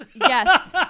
Yes